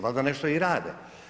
Valjda nešto i rade?